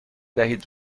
دهید